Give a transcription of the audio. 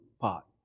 pot